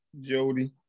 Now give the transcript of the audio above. Jody